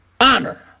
honor